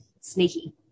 sneaky